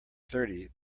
thirty